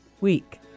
week